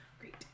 Great